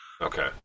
Okay